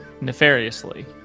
nefariously